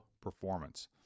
performance